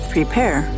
Prepare